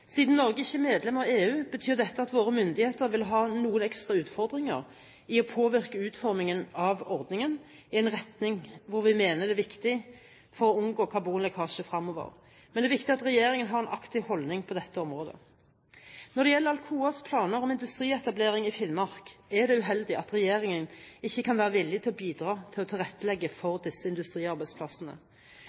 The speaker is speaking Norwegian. Siden Norge ikke er medlem av EU, betyr dette at våre myndigheter vil ha noen ekstra utfordringer i å påvirke utformingen av ordningen i en retning vi mener er viktig for å unngå karbonlekkasje fremover, men det er viktig at regjeringen har en aktiv holdning på dette området. Når det gjelder Alcoas planer om industrietablering i Finnmark, er det uheldig at regjeringen ikke kan være villig til å bidra til å tilrettelegge for disse industriarbeidsplassene.